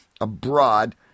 abroad